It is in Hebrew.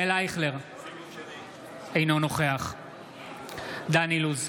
אינו נוכח דן אילוז,